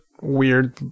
weird